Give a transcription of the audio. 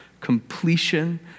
completion